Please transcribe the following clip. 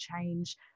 change